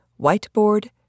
whiteboard